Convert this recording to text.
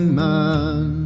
man